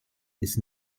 ist